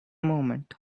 moment